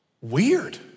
weird